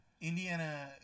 Indiana